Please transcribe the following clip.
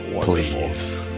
Please